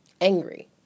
angry